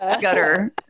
gutter